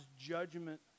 judgment